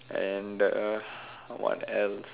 and the what else